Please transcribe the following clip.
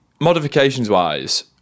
modifications-wise